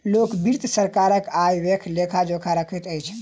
लोक वित्त सरकारक आय व्ययक लेखा जोखा रखैत अछि